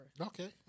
Okay